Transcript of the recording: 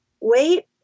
wait